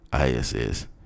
ISS